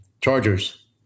Chargers